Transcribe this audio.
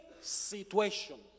situation